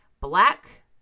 Black